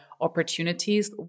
opportunities